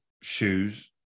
shoes